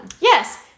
Yes